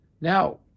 Now